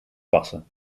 passen